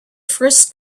first